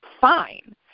fine